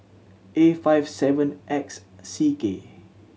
A five seven X C K